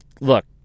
look